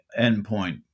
endpoint